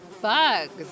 bugs